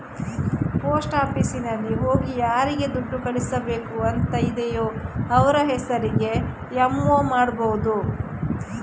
post ಆಫೀಸಿನಲ್ಲಿ ಹೋಗಿ ಯಾರಿಗೆ ದುಡ್ಡು ಕಳಿಸ್ಬೇಕು ಅಂತ ಇದೆಯೋ ಅವ್ರ ಹೆಸರಿಗೆ ಎಂ.ಒ ಮಾಡ್ಬಹುದು